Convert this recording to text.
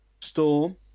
Storm